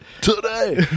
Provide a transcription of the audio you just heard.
today